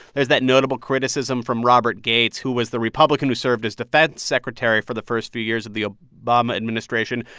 there's that notable criticism from robert gates, who was the republican who served as defense secretary for the first few years of the ah obama administration,